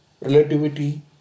relativity